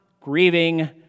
grieving